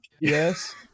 Yes